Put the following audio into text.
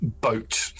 boat